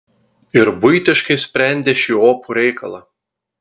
ir buitiškai sprendė šį opų reikalą